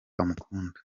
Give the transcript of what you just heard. amukunda